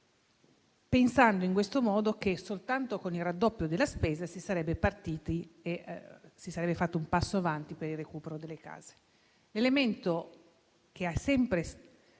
pensando in questo modo che, soltanto con il raddoppio della spesa, si sarebbe partiti e si sarebbe fatto un passo avanti per il recupero delle case. L'elemento che è sempre